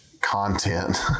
content